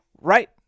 right